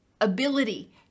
ability